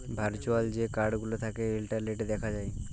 virtual যে card গুলা থ্যাকে ইলটারলেটে দ্যাখা যায়